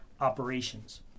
Operations